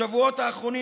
בשבועות האחרונים,